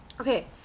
Okay